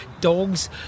Dogs